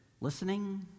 listening